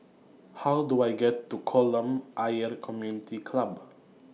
How Do I get to Kolam Ayer Community Club